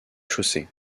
chaussées